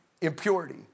impurity